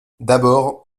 d’abord